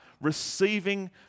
receiving